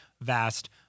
vast